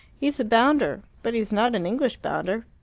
he's a bounder, but he's not an english bounder.